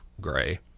gray